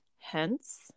Hence